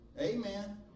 Amen